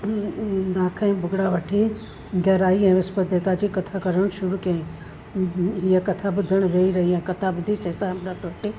ॾाख ऐं भुगिड़ा वठी घरु आई ऐं विस्पति देवता जी कथा करणु शुरू कयईं हीअ कथा ॿुधणु वेही रही ऐं कथा ॿुधी सेसा अमृत वठी